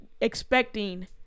expecting